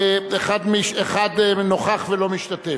אחד נוכח ולא משתתף.